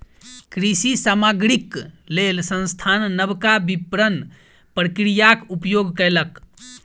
कृषि सामग्रीक लेल संस्थान नबका विपरण प्रक्रियाक उपयोग कयलक